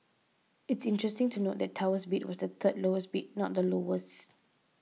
it's interesting to note that Tower's bid was the third lowest bid not the lowest